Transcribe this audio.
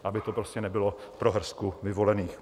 Aby to prostě nebylo pro hrstku vyvolených.